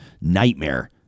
nightmare